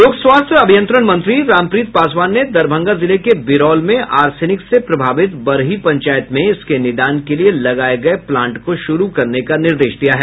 लोक स्वास्थ्य अभियंत्रण मंत्री रामप्रीत पासवान ने दरभंगा जिले के बिरौल में आर्सेनिक से प्रभावित बरही पंचायत में इसके निदान के लिये लगाये गये प्लांट को शुरू करने का निर्देश दिया है